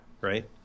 right